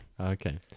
Okay